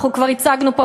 אנחנו כבר הצגנו פה,